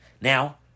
Now